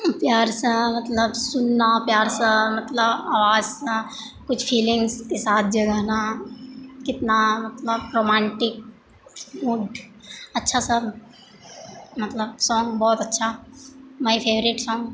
प्यारसँ मतलब सुनना प्यारसँ मतलब आवाजसँ कुछ फीलिंग्सके साथ जे गाना कितना मतलब रोमान्टिक मूड अच्छासँ मतलब सॉन्ग बहुत अच्छा माय फेवरेट सॉन्ग